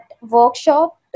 workshop